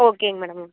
ஓகேங்க மேடம்